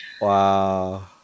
Wow